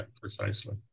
precisely